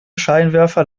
scheinwerfer